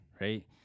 right